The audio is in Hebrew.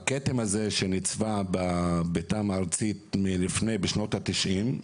הכתם הזה נצבע בתמ"א בשנות ה-90.